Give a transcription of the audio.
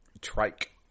Trike